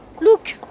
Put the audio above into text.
Look